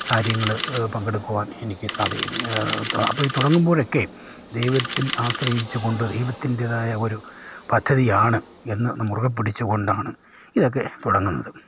കാര്യങ്ങള് പങ്കെടുക്കുവാൻ എനിക്ക് അപ്പം ഇത് തുടങ്ങുമ്പോഴൊക്കെ ദൈവത്തിൽ ആശ്രയിച്ചു കൊണ്ട് ദൈവത്തിൻ്റെതായ ഒരു പദ്ധതിയാണ് എന്ന് മുറുകെ പിടിച്ചുകൊണ്ടാണ് ഇതൊക്കെ തുടങ്ങുന്നത്